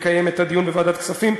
לקיים את הדיון בוועדת כספים.